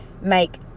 make